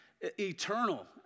eternal